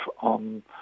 on